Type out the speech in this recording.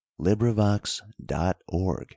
LibriVox.org